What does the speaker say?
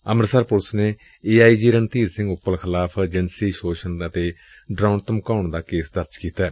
Amritsar police ਨੇ A I G Randhir Singh Uppal ਖਿਲਾਫ਼ ਜਿਣਸੀ ਸੋਸ਼ਣ ਅਤੇ ਡਰਾਉਣ ਧਮਕਾਉਣ ਦਾ ਕੇਸ ਦਰਜ ਕੀਤੈ